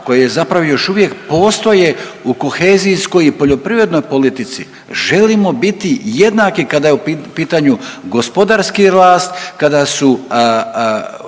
koje zapravo još uvijek postoje u kohezijskoj i poljoprivrednoj politici. Želimo biti jednaki kada je u pitanju gospodarski rast, kada su,